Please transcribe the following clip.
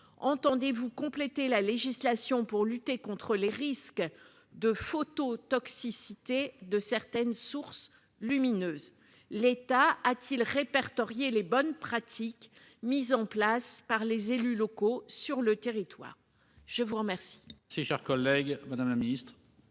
Entendez-vous compléter la législation pour lutter contre les risques de photos toxicité de certaines sources lumineuses, l'État a-t-il répertorier les bonnes pratiques mises en place par les élus locaux sur le territoire. Je vous remercie.